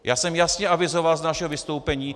Já jsem jasně avizoval z našeho vystoupení.